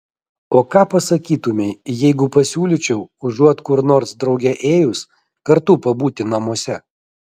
o ką pasakytumei jeigu pasiūlyčiau užuot kur nors drauge ėjus kartu pabūti namuose